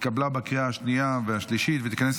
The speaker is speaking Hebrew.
התקבלה בקריאה השנייה והשלישית,